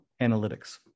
analytics